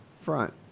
front